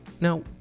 Now